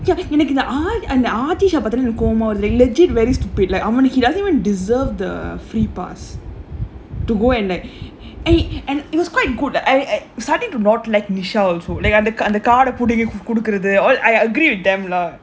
எனக்கு இந்த:enakku intha aajeedh அந்த:antha aajeedh பாத்தேனா எனக்கு கோவமா வருது:paathaenaa enakku kobamaa varuthu he doesn't even deserve the to go and like it was quite good eh exciting not to like nisha also like அந்த அந்த:antha antha card eh புடிங்கி குடுக்றது:pudingi kudukkrathu all I agree with them lah